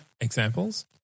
Examples